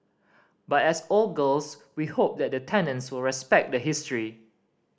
but as old girls we hope that the tenants will respect the history